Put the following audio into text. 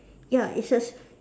ya it's a